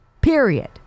period